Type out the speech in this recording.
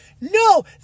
No